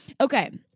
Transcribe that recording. okay